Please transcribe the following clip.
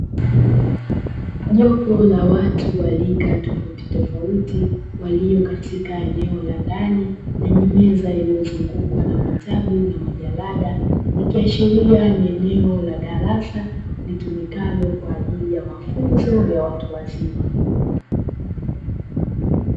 Jopo watu wa liga tofauti tofauti walio katika eneo la ndani lenye meza yaliyozungukwa na vitabu na moja ladha ikiwa sheria ni eneo la darasa litumikalo kwa ajili ya mafunzo ya watu wazima